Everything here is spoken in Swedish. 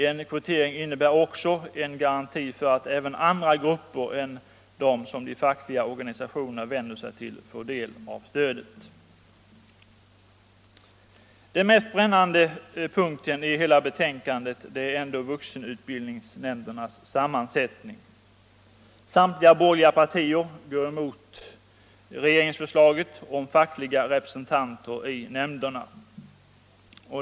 En kvotering innebär också en garanti för att även andra grupper än de som de fackliga organisationerna vänder sig till får del av stödet. Den mest brännande punkten i hela betänkandet är ändå vuxenutbildningsnämndernas sammansättning. Samtliga borgerliga partier går emot regeringsförslaget om fackliga representanter i nämnderna.